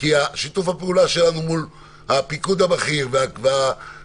כי שיתוף הפעולה שלנו מול הפיקוד הבכיר והקצינים